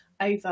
over